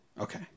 Okay